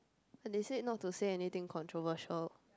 but they said not to say anything controversial